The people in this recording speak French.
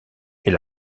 est